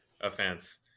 offense